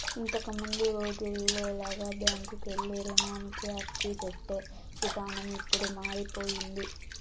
ఇంతకముందు రోజుల్లో లాగా బ్యాంకుకెళ్ళి రుణానికి అర్జీపెట్టే ఇదానం ఇప్పుడు మారిపొయ్యింది